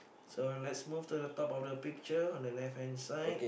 so let's move to the top of the picture on the left hand side